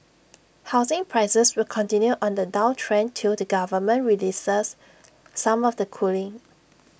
housing prices will continue on the downtrend till the government relaxes some of the cooling